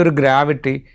gravity